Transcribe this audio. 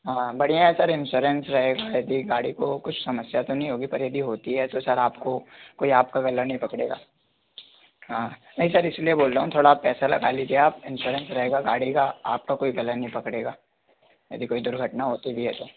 हाँ बढ़िया है सर इंश्योरेंस रहेगा यदि गाड़ी को कुछ समस्या तो नहीं होगी पर यदि होती है तो सर आपको कोई आपका गला नहीं पकड़ेगा हाँ नहीं सर इसलिए बोल रहा हूँ तोड़ा आप पैसा लगा लीजिए आप इंश्योरेंस रहेगा गाड़ी का आपका कोई गला नहीं पकड़ेगा यदि कोई दुर्घटना होती भी है तो